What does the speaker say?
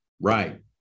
right